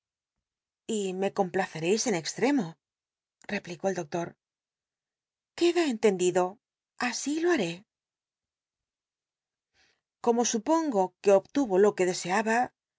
y me complacereis en extremo replicó el doctor queda entendido así lo baré como supongo iuc obtmo lo que deseaba